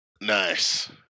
Nice